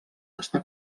està